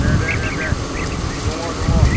दे दे दे दङ दङ